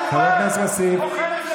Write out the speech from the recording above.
עוכר ישראל,